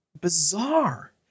bizarre